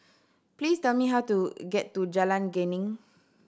please tell me how to get to Jalan Geneng